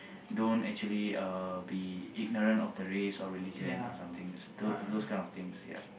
don't actually uh be ignorant of the race or religion or somethings those those kind of things ya